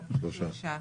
2 נמנעים,